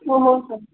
हो हो सर